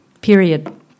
period